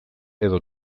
edo